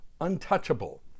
untouchable